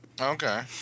okay